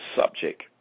subject